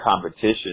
competition